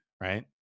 right